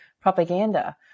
propaganda